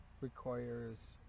requires